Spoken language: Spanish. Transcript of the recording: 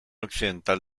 occidental